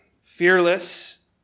fearless